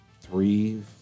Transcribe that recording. three